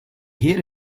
heer